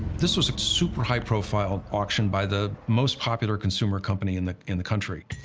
this was a super-high-profile auction by the most popular consumer company in the, in the country.